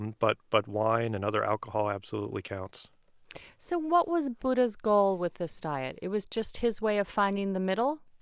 and but but wine and other alcohol absolutely counts so what was buddha's goal with this diet? it was just his way of finding the middle?